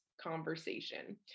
conversation